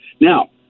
Now